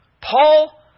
Paul